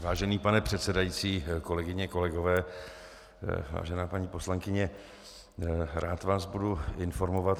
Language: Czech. Vážený pane předsedající, kolegyně, kolegové, vážená paní poslankyně, rád vás budu informovat.